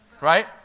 right